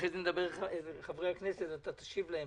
ואחרי כן ידברו חברי הכנסת והאורחים ואתה תשיב להם,